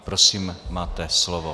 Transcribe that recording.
Prosím, máte slovo.